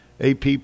AP